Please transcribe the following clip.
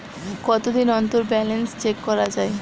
কতদিন অন্তর balance check করা য়ায়?